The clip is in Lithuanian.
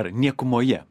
ar niekumoje